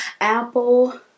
apple